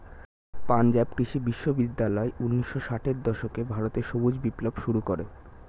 পাঞ্জাব কৃষি বিশ্ববিদ্যালয় ঊন্নিশো ষাটের দশকে ভারতে সবুজ বিপ্লব শুরু করে